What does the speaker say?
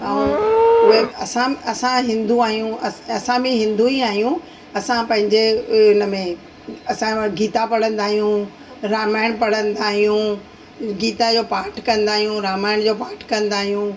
ऐं उहे असां असां हिंदू आहियूं असां असां बि हिंदू ई आहियूं असां पंहिंजे उन में असां गीता पढ़ंदा आहियूं रामायण पढ़ंदा आहियूं गीता जो पाठ कंदा आहियूं रामायण जो पाठ कंदा आहियूं